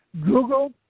Google